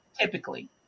Typically